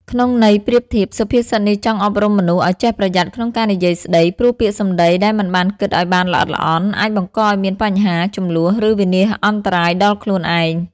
ក្នុងន័យប្រៀបធៀប សុភាសិតនេះចង់អប់រំមនុស្សឲ្យចេះប្រយ័ត្នក្នុងការនិយាយស្ដី ព្រោះពាក្យសម្ដីដែលមិនបានគិតឲ្យបានល្អិតល្អន់ អាចបង្កឲ្យមានបញ្ហា ជម្លោះ ឬវិនាសអន្តរាយដល់ខ្លួនឯង។